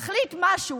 תחליט משהו,